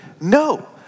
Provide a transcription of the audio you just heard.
no